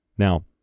Now